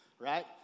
Right